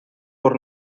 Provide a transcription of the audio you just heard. por